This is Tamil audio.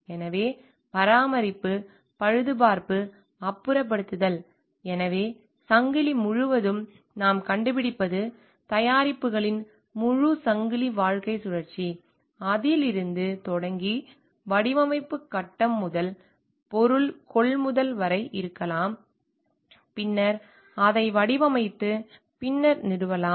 எனவே பராமரிப்பு பழுதுபார்ப்பு அப்புறப்படுத்தல் எனவே சங்கிலி முழுவதும் நாம் கண்டுபிடிப்பது தயாரிப்புகளின் முழு சங்கிலி வாழ்க்கைச் சுழற்சி அதிலிருந்து தொடங்கி வடிவமைப்பு கட்டம் முதல் பொருள் கொள்முதல் வரை இருக்கலாம் பின்னர் அதை வடிவமைத்து பின்னர் அதை நிறுவலாம்